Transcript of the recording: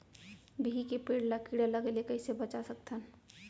बिही के पेड़ ला कीड़ा लगे ले कइसे बचा सकथन?